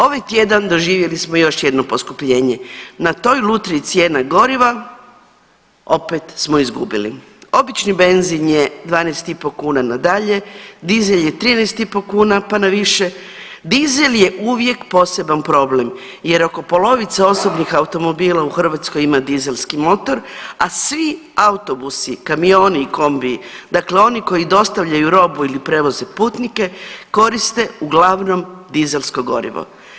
Ovaj tjedan doživjeli smo još jedno poskupljenje na toj lutriji cijena goriva opet smo izgubili, obični benzin je 12,5 kuna nadalje, dizel je 13,5 kuna, pa na više, dizel je uvijek poseban problem jer oko polovice osobnih automobila u Hrvatskoj ima dizelski motor, a svi autobusi, kamioni i kombiji, dakle oni koji dostavljaju robu ili prevoze putnike koriste uglavnom dizelsko gorivo.